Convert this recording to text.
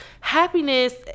happiness